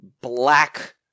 black